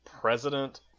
president